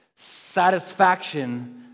satisfaction